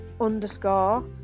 underscore